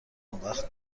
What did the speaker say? اونوقت